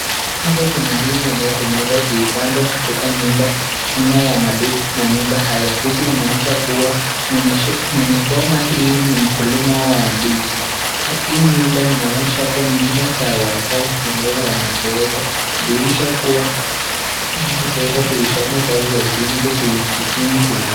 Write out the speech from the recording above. Hapa kuna ndizi ambazo zimeweza kupandwa katika nyumba nyuma ya manyumba haya huku inaonyesha kuwa mwenye boma hii ni mkulima wa ndizi. Hii nyumba inaonyesha kuwa ni nyumba za wazazi ambao wamezeeka. Dirisha kuwa ili tuijikinge.